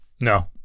No